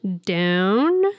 down